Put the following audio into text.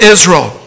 Israel